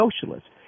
socialists